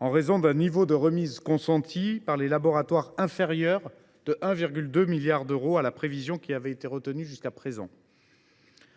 en raison d’un niveau des remises consenties par les laboratoires qui est inférieur de 1,2 milliard d’euros à la prévision qui avait été retenue jusqu’à présent.